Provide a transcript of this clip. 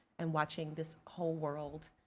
and watching this whole world